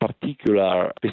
particular